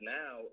now